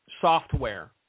software